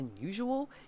unusual